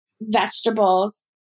vegetables